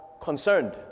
concerned